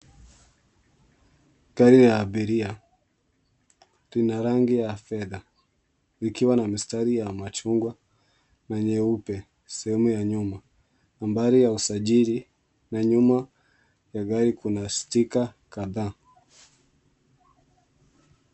Gari la abiria, lina rangi ya fedha likiwa na mistari ya machungwa na nyeupe sehemu ya nyuma. Nambari ya usajili la nyuma ya gari kuna sticker kadhaa.